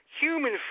human